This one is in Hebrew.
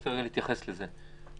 רוצה להתייחס לזה.